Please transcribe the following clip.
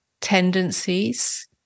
tendencies